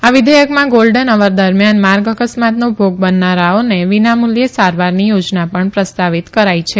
આ વિધેયકમાં golden hour દરમિથાન માર્ગ અકસ્માતનો ભોગ બનનારાઓને વિના મૂલ્યે સારવારની યોજના પણ પ્રસ્તાવિત કરાઈ છે